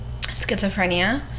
schizophrenia